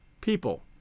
people